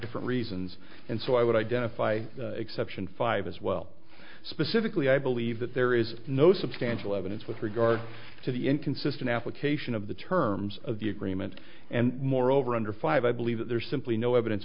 different reasons and so i would identify exception five as well specifically i believe that there is no substantial evidence with regard to the inconsistent application of the terms of the agreement and moreover under five i believe that there is simply no evidence